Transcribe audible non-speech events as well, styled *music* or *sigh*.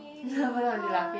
*laughs* everyone will be laughing